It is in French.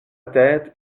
tête